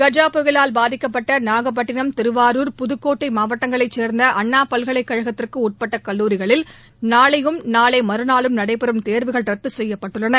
கஜா புயலால் பாதிக்கப்பட்ட நாகப்பட்டினம் திருவாரூர் புதுக்கோட்டை மாவட்டங்களைச் சேர்ந்த அண்ணாப் பல்கலைக்கழகத்திற்கு உட்பட்ட கல்லூரிகளில் நாளையும் நாளை மறுநாளும் நடைபெறும் தேர்வுகள் ரத்து செய்யப்பட்டுள்ளன